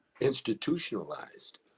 institutionalized